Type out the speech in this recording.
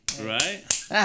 Right